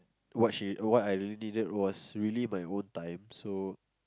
what she what I needed was really my own time so